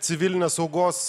civilinės saugos